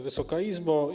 Wysoka Izbo!